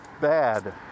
bad